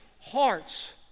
hearts